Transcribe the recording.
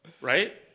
right